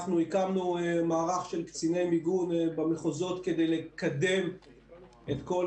אנחנו הקמנו מערך של קציני מיגון במחוזות כדי לקדם את כל